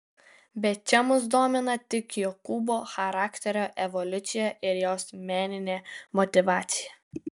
bet čia mus domina tik jokūbo charakterio evoliucija ir jos meninė motyvacija